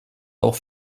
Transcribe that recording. auch